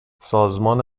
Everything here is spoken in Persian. سازمان